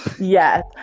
yes